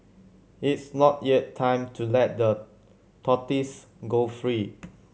it's not yet time to let the tortoises go free